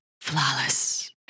flawless